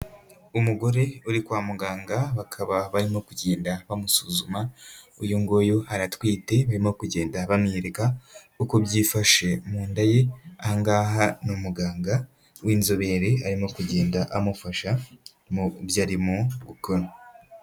Umugore uri kwa muganga bakaba barimo kugenda bamusuzuma uyu nguyu aratwite, barimo kugenda bamwereka uko byifashe mu nda ye, aha ngaha ni umuganga w'inzobere arimo kugenda amufasha mu byo arimo gukora.